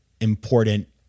important